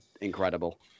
incredible